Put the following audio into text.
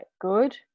good